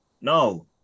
No